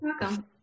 welcome